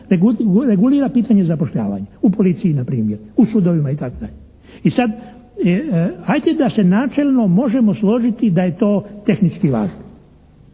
regulira pitanje zapošljavanja u policiji na primjer. U sudovima i tako dalje. I sad, ajde da se načelno možemo složiti da je to tehnički važno,